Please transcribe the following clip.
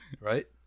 right